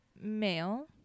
male